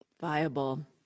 Viable